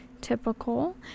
typical